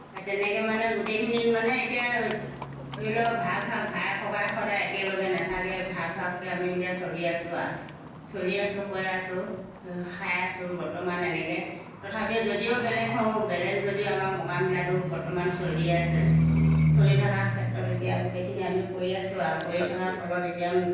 সেই তেনেকৈ মানে গোটেইখিনিত মানে এতিয়া ধৰি লওক ভাগ ভাগ ভাই ককাই সদায় একেলগে নাথাকে ভাগ ভাগকে আমি এতিয়া চলি আছোঁ আৰু চলি আছোঁ কৈ আছোঁ খাই আছোঁ বৰ্তমান এনেকৈ তথাপিও যদিও বেলেগ হওঁ বেলেগ যদিও আমাৰ মোকাবিলাটো বৰ্তমান চলি আছে চলি থকা ক্ষেত্ৰত এতিয়া গোটেইখিনি আমি কৰি আছোঁ আৰু কৰি থকা ফলত এতিয়া